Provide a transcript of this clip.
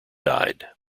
died